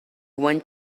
went